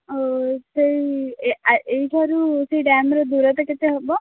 ଆଉ ସେଇ ଏ ଆ ଏଇଠାରୁ ସେଇ ଡ୍ୟାମ୍ର ଦୂରତା କେତେ ହବ